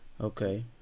Okay